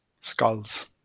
skulls